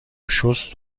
شست